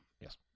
Yes